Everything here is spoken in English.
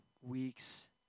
weeks